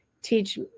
Teach